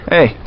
Hey